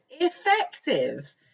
effective